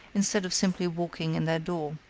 instead of simply walking in their door.